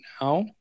now